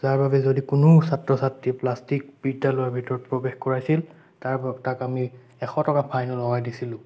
যাৰ বাবে যদি কোনো ছাত্ৰ ছাত্ৰীক বিদ্যালয়ৰ ভিতৰত প্ৰবেশ কৰাইছিল তাৰবা তাক আমি এশ টকা ফাইন লগাই দিছিলোঁ